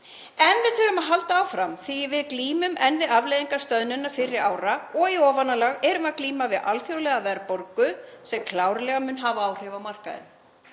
En við þurfum að halda áfram því við glímum enn við afleiðingar stöðnunar fyrri ára og í ofanálag erum við að glíma við alþjóðlega verðbólgu sem klárlega mun hafa áhrif á markaðinn.